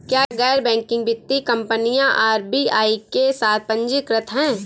क्या गैर बैंकिंग वित्तीय कंपनियां आर.बी.आई के साथ पंजीकृत हैं?